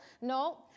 no